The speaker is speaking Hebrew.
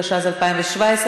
התשע"ז 2017,